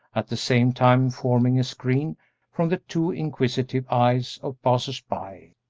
at the same time forming a screen from the too inquisitive eyes of passers-by.